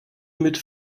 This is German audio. mit